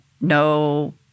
no